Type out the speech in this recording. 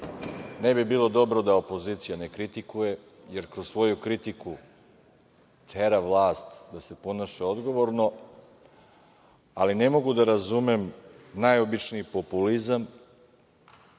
Ne bi bilo dobro da opozicije ne kritikuje, jer kroz svoju kritiku tera vlast da se ponaša odgovorno. Ali, ne mogu da razumem najobičniji populizam